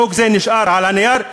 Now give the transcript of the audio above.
חוק זה נשאר על הנייר,